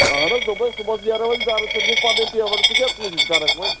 اَہَن حظ دوٚپمَے صُبَحس نیرو أسۍ گَرٕ ژٕ نِکھ پَنٕنۍ پیمٮ۪نٛٹ ژٕ کیٛاہ کوٗشِش کَرَکھ وۅنۍ